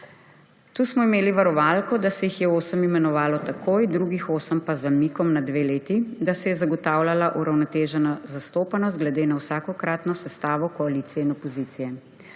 Tu smo imeli varovalko, da se jih je osem imenovalo takoj, drugih osem pa z zamikom na dve leti, da se je zagotavljala uravnotežena zastopanost glede na vsakokratno sestavo koalicije in opozicije.